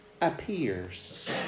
appears